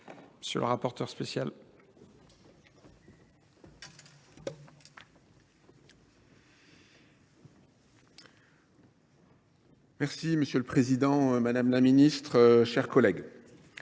M. le rapporteur spécial. Monsieur le président, madame la ministre, mes chers collègues,